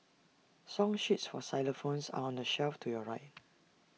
song sheets for xylophones are on the shelf to your right